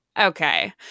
Okay